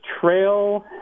trail